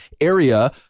area